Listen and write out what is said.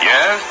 Yes